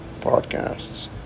podcasts